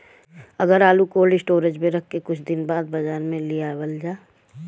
अगर आलू cold storage में रख के कुछ दिन बाद बाजार में लियावल जा?